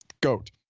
goat